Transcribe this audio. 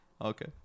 Okay